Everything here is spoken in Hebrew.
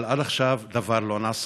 אבל עד עכשיו דבר לא נעשה.